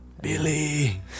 Billy